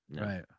Right